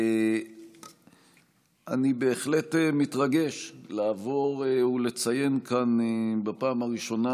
אני בהחלט מתרגש לעבור ולציין בפעם הראשונה